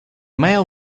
male